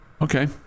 Okay